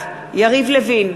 יריב לוין,